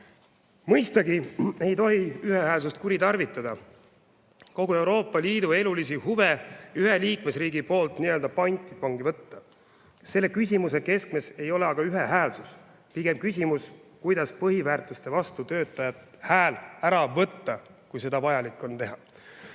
Mõistagi ei tohi ühehäälsust kuritarvitada, kogu Euroopa Liidu elulisi huve ühe liikmesriigi poolt nii-öelda pantvangi võtta. Selle küsimuse keskmes ei ole aga ühehäälsus, pigem on küsimus, kuidas põhiväärtuste vastu töötajalt hääl ära võtta, kui on vaja seda teha.